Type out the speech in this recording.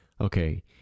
okay